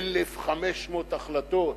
1,500 החלטות.